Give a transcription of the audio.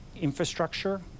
infrastructure